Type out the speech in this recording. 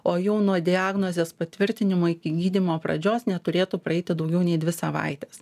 o jau nuo diagnozės patvirtinimo iki gydymo pradžios neturėtų praeiti daugiau nei dvi savaitės